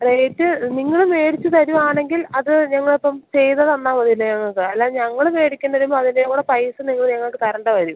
rate നിങ്ങള് മേടിച്ചുതരുവാണെങ്കിൽ അതു ഞങ്ങൾക്കും ചെയ്തുതന്നാല് മതയല്ലേ ഞങ്ങള്ക്ക് അല്ല ഞങ്ങള് മേടിക്കാൻ പറയുമ്പോള് അതിൻ്റെയുംകൂടെ പൈസ നിങ്ങള് ഞങ്ങള്ക്കു തരേണ്ടിവരും